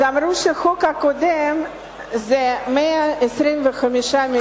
אז אמרו שהחוק הקודם הוא 125 מיליון שקל,